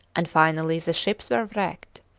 and finally the ships were wrecked.